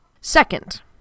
Second